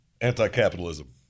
Anti-capitalism